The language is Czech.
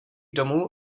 domu